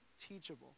teachable